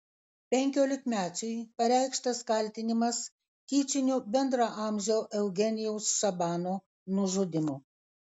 penkiolikmečiui pareikštas kaltinimas tyčiniu bendraamžio eugenijaus šabano nužudymu